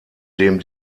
dem